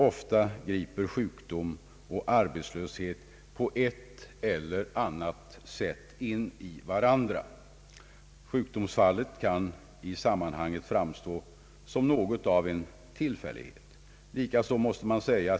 Ofta griper sjukdom och arbetslöshet på ett eller annat sätt in i varandra. Sjukdomsfallet kan i sammanhanget framstå som något av en tillfällighet.